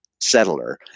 settler